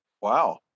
Wow